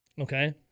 Okay